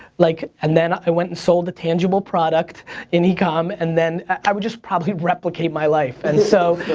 like and then i went and sold a tangible product in ecom and then, i would just probably replicate my life. and so